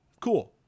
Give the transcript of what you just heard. Cool